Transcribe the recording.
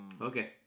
Okay